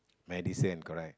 medicine correct